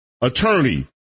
attorney